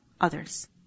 others